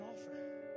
offer